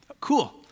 cool